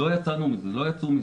לא יצאנו מזה, לא יצאו מזה.